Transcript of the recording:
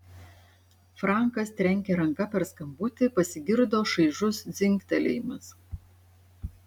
frankas trenkė ranka per skambutį pasigirdo šaižus dzingtelėjimas